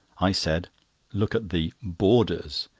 i said look at the boarders.